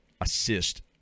assist